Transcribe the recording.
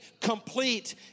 complete